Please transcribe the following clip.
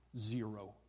zero